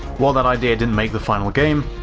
while that idea didn't make the final game,